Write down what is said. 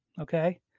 okay